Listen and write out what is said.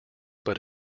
but